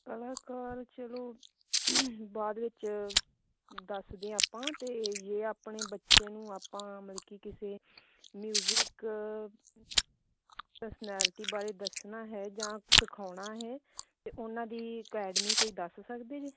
ਕਲਾਕਾਰ ਚਲੋ ਬਾਅਦ ਵਿੱਚ ਦੱਸਦੇ ਹਾਂ ਆਪਾਂ ਅਤੇ ਜੇ ਆਪਣੇ ਬੱਚੇ ਨੂੰ ਆਪਾਂ ਮਤਲਬ ਕਿ ਕਿਸੇ ਮਿਊਜਿਕ ਪਰਸਨੈਲਿਟੀ ਬਾਰੇ ਦੱਸਣਾ ਹੈ ਜਾਂ ਸਿਖਾਉਣਾ ਹੈ ਅਤੇ ਉਹਨਾਂ ਦੀ ਅਕੈਡਮੀ ਕੋਈ ਦੱਸ ਸਕਦੇ ਜੇ